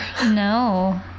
No